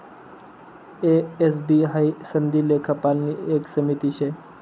ए, S, B हाई सनदी लेखापालनी एक समिती शे